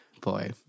Boy